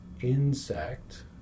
insect